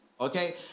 Okay